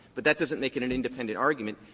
but that doesn't make it an independent argument.